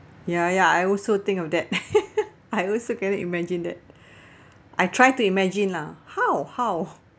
ya ya I also think of that I also cannot imagine that I try to imagine lah how how